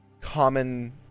common